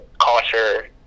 culture